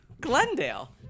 Glendale